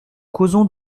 causons